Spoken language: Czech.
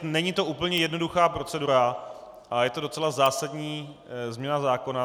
Není to úplně jednoduchá procedura a je to docela zásadní změna zákona.